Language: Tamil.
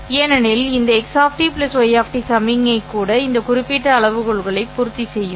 ஏனெனில் இந்த x y சமிக்ஞை கூட இந்த குறிப்பிட்ட அளவுகோல்களை பூர்த்தி செய்யும்